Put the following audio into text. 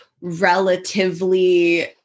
relatively